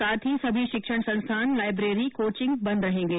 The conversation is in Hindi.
साथ ही सभी शिक्षण संस्थान लाइब्रेरी कोचिंग बंद रहेंगे